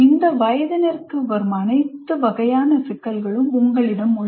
இந்த வயதினருக்கு வரும் அனைத்து வகையான சிக்கல்களும் உங்களிடம் உள்ளன